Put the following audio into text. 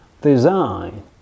design